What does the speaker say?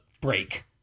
break